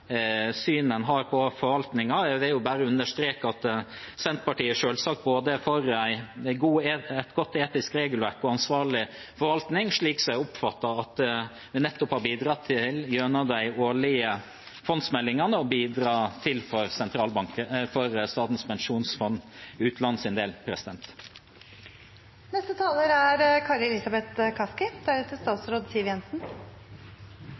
har på forvaltningen. Jeg vil bare understreke at Senterpartiet selvsagt er for både et godt etisk regelverk og en ansvarlig forvaltning, slik jeg oppfatter at vi nettopp har bidratt til gjennom behandlingen av de årlige fondsmeldingene og for Statens pensjonsfond utlands del. Jeg vil kort slutte meg til